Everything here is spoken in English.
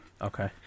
Okay